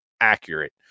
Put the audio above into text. accurate